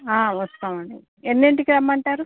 వస్తామండి ఎన్నింటికి రమ్మంటారు